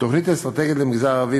תוכנית אסטרטגית למגזר הערבי,